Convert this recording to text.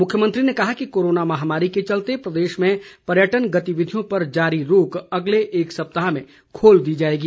मुख्यमंत्री ने कहा कि कोरोना महामारी के चलते प्रदेश में पर्यटन गतिविधियों पर जारी रोक अगले एक सप्ताह में खोल दी जाएगी